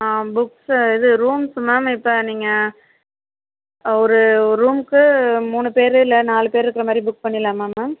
books இது rooms ma'am இப்போ நீங்கள் ஒரு ஒரு ரூம்க்கு மூணு பேரு இல்லை நாலு பேரு இருக்கிற மாதிரி புக் பண்ணிடலாமா மேம்